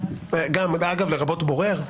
אגב, לרבות בורר.